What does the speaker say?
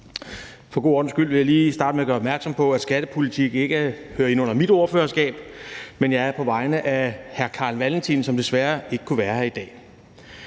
For god ordens skyld vil jeg lige starte med at gøre opmærksom på, at skattepolitik ikke hører ind under mit ordførerskab, men at jeg er her på vegne af hr. Carl Valentin, som desværre ikke kunne være her i dag.